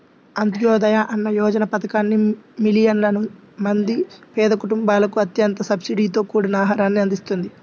అంత్యోదయ అన్న యోజన పథకాన్ని మిలియన్ల మంది పేద కుటుంబాలకు అత్యంత సబ్సిడీతో కూడిన ఆహారాన్ని అందిస్తుంది